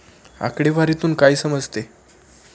आकडेवारीतून काय समजते?